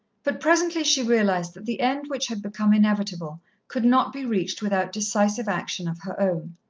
but presently she realized that the end which had become inevitable could not be reached without decisive action of her own.